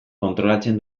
kontrolatzen